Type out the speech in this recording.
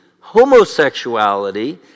homosexuality